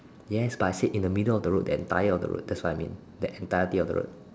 yes but I said in the middle of the road the entire of the road that's what I mean that entirety of the road